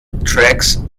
tracks